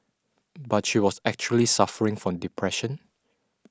but she was actually suffering from depression